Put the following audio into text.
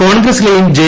കോൺഗ്രസിലെയും J